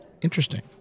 interesting